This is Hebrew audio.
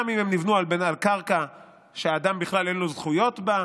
גם אם הם נבנו על קרקע שלאדם בכלל אין זכויות בה,